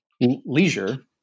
leisure